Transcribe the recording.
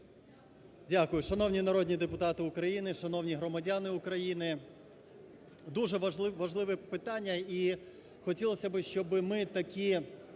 Дякую. Шановні народні депутати України! Шановні громадяни України! Дуже важливе питання. І хотілось, щоб ми такі